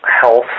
health